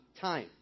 time